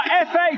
FA